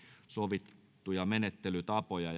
sovittuja menettelytapoja